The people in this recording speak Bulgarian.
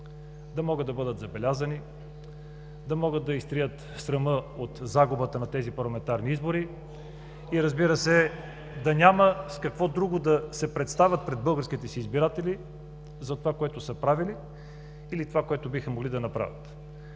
да могат да бъдат забелязани, да могат да изтрият срама от загубата на тези парламентарни избори и, разбира се, да няма с какво друго да се представят пред българските си избиратели за това, което са правили, или това, което биха могли да направят.